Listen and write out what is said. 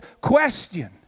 question